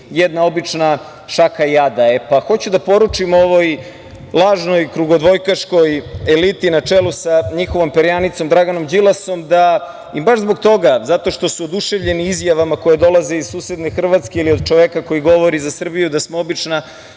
jedna obična šaka jada. Hoću da poručim ovoj lažnoj krugodvojkaškoj eliti, na čelu sa njihovom perjanicom Draganom Đilasom, da ih baš zbog toga, zato što su oduševljeni izjavama koje dolaze iz susedne Hrvatske ili od čoveka koji govori za Srbiju da smo obična